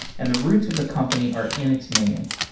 and the roots of the company are in its name.